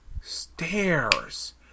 Stairs